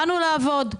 באנו לעבוד,